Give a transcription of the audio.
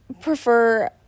prefer